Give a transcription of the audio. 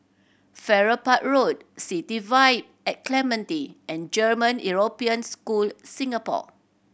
Farrer Park Road City Vibe at Clementi and German European School Singapore